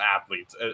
athletes